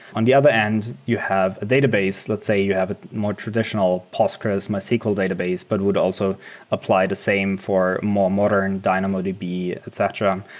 on the other end, you have a database. let's say you have a more traditional postgres, mysql database but would also apply the same for more modern dynamodb, etc.